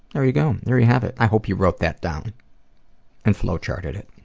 there you go. um there you have it. i hope you wrote that down and flow charted it.